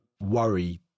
worry